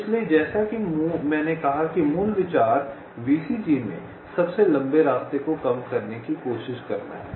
इसलिए जैसा कि मैंने कहा है कि मूल विचार VCG में सबसे लंबे रास्ते को कम करने की कोशिश करना है